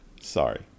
Sorry